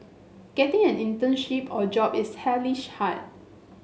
getting an internship or job is hellishly hard